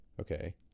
okay